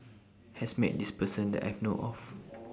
has Met This Person that I know of